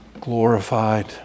glorified